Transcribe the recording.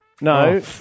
no